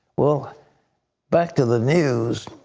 well back to the news.